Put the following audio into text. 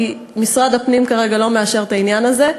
כי משרד הפנים לא מאשר כרגע את העניין הזה,